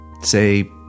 say